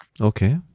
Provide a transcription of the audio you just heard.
Okay